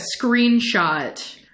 screenshot